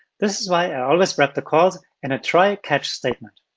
this is why i always wrap the calls in a try-catch statement.